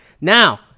Now